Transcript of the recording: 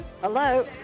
hello